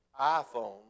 iPhone